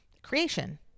creation